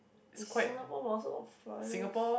it's not !wah! !wah! so